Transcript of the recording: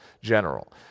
general